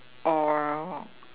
or